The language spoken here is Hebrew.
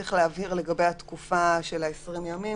צריך להבהיר ממתי נספרת התקופה של 20 הימים